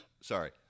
Sorry